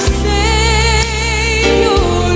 savior